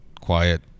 quiet